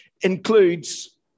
includes